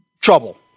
trouble